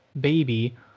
baby